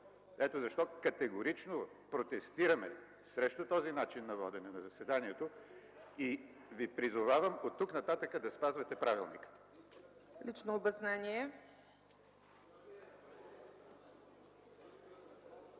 Ето защо категорично протестираме срещу този начин на водене на заседанието и Ви призоваваме оттук нататък да спазвате правилника. ПРЕДСЕДАТЕЛ